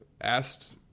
asked